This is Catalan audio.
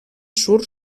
surt